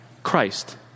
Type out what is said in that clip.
Christ